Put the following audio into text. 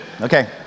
Okay